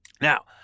Now